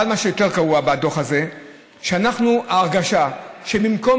אבל מה שיותר גרוע בדוח הזה זה שההרגשה היא שבמקום